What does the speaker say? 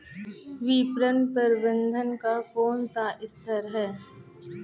विपणन प्रबंधन का कौन सा स्तर है?